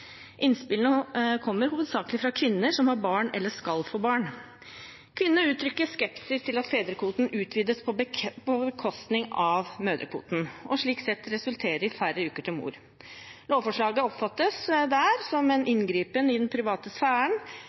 Innspillene kommer hovedsakelig fra kvinner som har barn, eller som skal ha barn. Kvinnene uttrykker skepsis til at fedrekvoten utvides på bekostning av mødrekvoten og slik sett resulterer i færre uker til mor. Lovforslaget oppfattes av dem som en inngripen i den private sfæren.